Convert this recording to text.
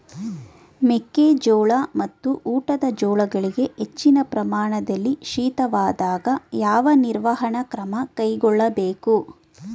ಮೆಕ್ಕೆ ಜೋಳ ಮತ್ತು ಊಟದ ಜೋಳಗಳಿಗೆ ಹೆಚ್ಚಿನ ಪ್ರಮಾಣದಲ್ಲಿ ಶೀತವಾದಾಗ, ಯಾವ ನಿರ್ವಹಣಾ ಕ್ರಮ ಕೈಗೊಳ್ಳಬೇಕು?